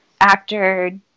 actor